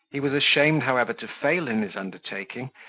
he was ashamed, however, to fail in his undertaking,